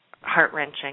heart-wrenching